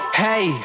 hey